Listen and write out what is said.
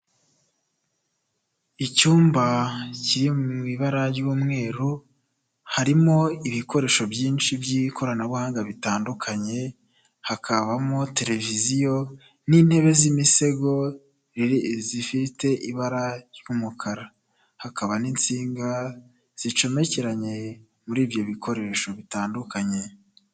Icyumba kiri mu ibara ry'umweru, harimo ibikoresho byinshi by'ikoranabuhanga bitandukanye, hakabamo televiziyo n'intebe z'imisego zifite ibara ry'umukara, hakaba n'insinga zicomekeranye muri ibyo bikoresho bitandukanye.